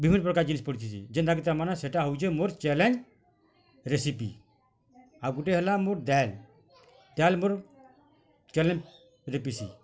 ବିଭିନ୍ନ ପ୍ରକାର୍ ଜିନିଷ୍ ପଡ଼ଥିସି ଯେନ୍ତା କି ତା'ର୍ ମାନେ ସେଟା ହଉଛେ ମୋର୍ ଚାଲେଞ୍ଜ୍ ରେସିପି ଆଉ ଗୁଟେ ହେଲା ମୋର୍ ଡ଼ାଲ୍ ଡ଼ାଲ୍ ମୋର୍ ଚାଲେଞ୍ଜ୍ ରେସିପି